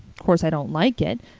course, i don't like it,